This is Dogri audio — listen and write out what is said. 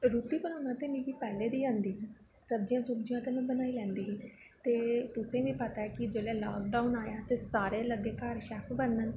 रुट्टी बनाना ते मिगी पैह्लें दी आंदी ही सब्जियां सुब्जियां ते में बनाई लैंदी ही ते तुसेंगी पता ऐ कि जेल्लै लाकडाउन आया ते सारे लगे घर शैफ बनन